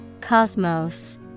Cosmos